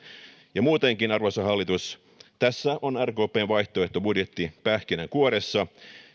ja muutenkin arvoisa hallitus tässä on rkpn vaihtoehtobudjetti pähkinänkuoressa